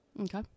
Okay